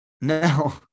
No